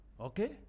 Okay